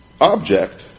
object